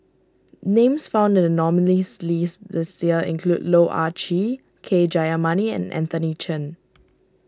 names found in the nominees' list this year include Loh Ah Chee K Jayamani and Anthony Chen